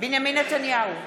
בנימין נתניהו,